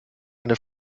eine